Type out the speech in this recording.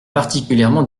particulièrement